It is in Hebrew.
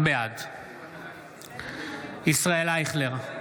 בעד ישראל אייכלר,